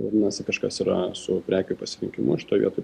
vadinasi kažkas yra su prekių pasirinkimu šitoj vietoj